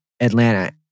Atlanta